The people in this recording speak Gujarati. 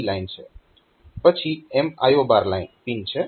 પછી MIO પિન છે